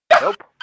nope